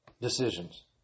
decisions